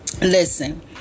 Listen